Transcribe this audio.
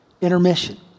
Intermission